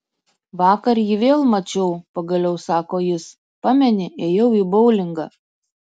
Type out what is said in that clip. vakar jį vėl mačiau pagaliau sako jis pameni ėjau į boulingą